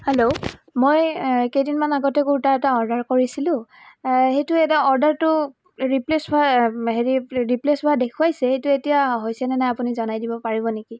hello মই কেইদিনমান আগতে কুৰ্তা এটা অৰ্ডাৰ কৰিছিলোঁ সেইটো এটা অৰ্ডাৰটো ৰিপ্লেছ হোৱা হেৰি ৰিপ্লেছ হোৱা দেখুৱাইছে সেইটো এতিয়া হৈছেনে নাই আপুনি জনাই দিব পাৰিব নেকি